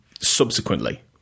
subsequently